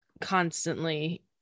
constantly